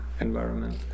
Environment